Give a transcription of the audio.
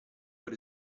per